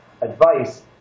advice